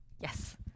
Yes